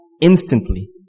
instantly